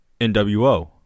NWO